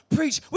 Preach